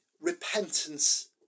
repentance